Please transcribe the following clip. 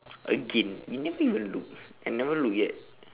again we never even look I never look yet